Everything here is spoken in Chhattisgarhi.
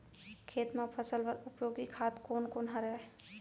खेत म फसल बर उपयोगी खाद कोन कोन हरय?